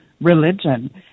religion